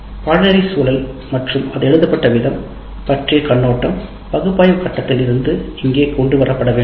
பாடநெறி சூழல் மற்றும் அது எழுதப்பட்ட விதம் பற்றிய கண்ணோட்டம் பகுப்பாய்வு கட்டத்தில் இருந்து இங்கே கொண்டு வரப்பட வேண்டும்